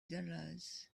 dollars